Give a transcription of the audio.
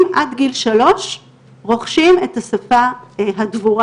עד גיל שלוש רוכשים את השפה הדבורה.